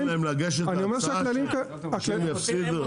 ייתן להם לגשת להצעה, שהם יפסידו?